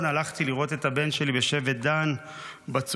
הלכתי לראות את הבן שלי בשבט דן בצופים.